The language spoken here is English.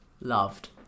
loved